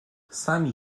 sami